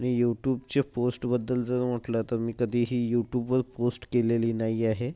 आणि यूट्यूबच्या पोस्टबद्दल जर म्हटलं तर मी कधीही यूट्यूबवर पोस्ट केलेली नाही आहे